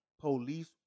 police